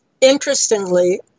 Interestingly